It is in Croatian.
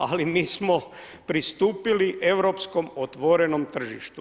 Ali mi smo pristupili europskom otvorenom tržištu.